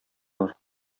бар